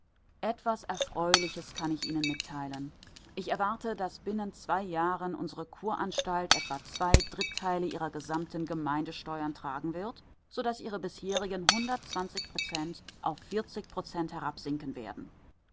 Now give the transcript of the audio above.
etwas erfreuliches kann ich ihnen mitteilen ich erwarte daß binnen zwei jahren unsere kuranstalt etwa zwei dritteile ihrer gesamten gemeindesteuern tragen wird so daß ihre bisherigen hundertzwanzig prozent auf vierzig prozent herabsinken werden